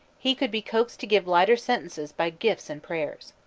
he could be coaxed to give lighter sentences by gifts and prayers.